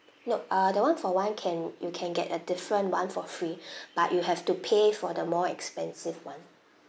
no uh the one for one can you can get a different one for free but you have to pay for the more expensive one